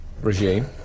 regime